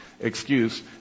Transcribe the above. excuse